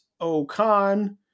Okan